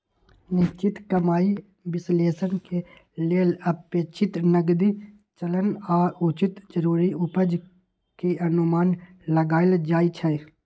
निश्चित कमाइ विश्लेषण के लेल अपेक्षित नकदी चलन आऽ उचित जरूरी उपज के अनुमान लगाएल जाइ छइ